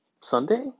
Sunday